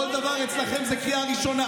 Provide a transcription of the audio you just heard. כל דבר אצלכם הוא קריאה ראשונה,